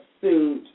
suit